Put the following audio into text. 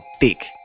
thick